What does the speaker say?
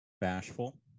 Bashful